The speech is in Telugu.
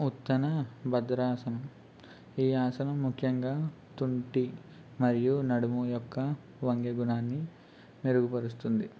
ఉత్తన భద్రాసనం ఈ ఆసనం ముఖ్యంగా తుంటి మరియు నడుము యొక్క వంగే గుణాన్ని మెరుగుపరుస్తుంది